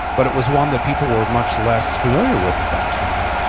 but it was one that people were much less familiar with at that time.